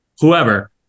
whoever